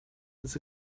his